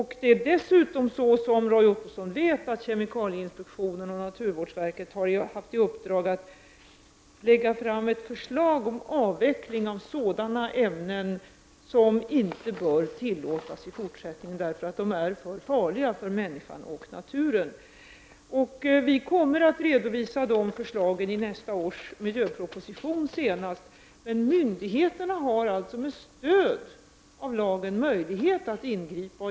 Dessutom är det så, som Roy Ottosson vet, att kemikalieinspektionen och naturvårdsverket har fått i uppdrag att lägga fram förslag om en avveckling av sådana ämnen som inte bör tillåtas i fortsättningen, därför att de är för farliga för människan och för naturen. Vi kommer att redovisa förslagen senast i nästa års miljöproposition. Myndigheterna har alltså, med stöd av lagen, möjlighet att ingripa.